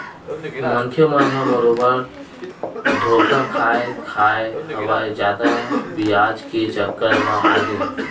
मनखे मन ह बरोबर धोखा खाय खाय हवय जादा बियाज के चक्कर म आके